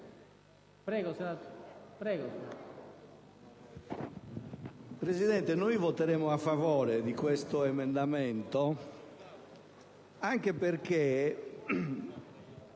Presidente, noi voteremo a favore di questo emendamento, anche perché,